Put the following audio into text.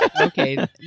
Okay